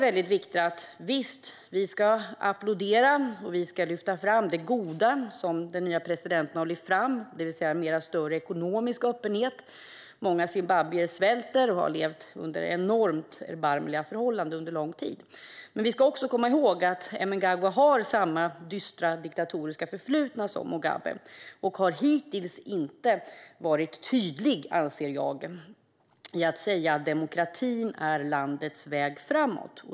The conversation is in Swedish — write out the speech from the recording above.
Visst ska vi applådera det goda som den nya presidenten har lyft fram, det vill säga mer och större ekonomisk öppenhet. Många zimbabwier svälter ju och har levt under erbarmliga förhållanden under lång tid. Det är ändå väldigt viktigt att komma ihåg att Mnangagwa har samma dystra diktatoriska förflutna som Mugabe, och han har hittills inte varit tydlig, anser jag, med att säga att demokratin är landets väg framåt.